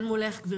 נוכחת כאן.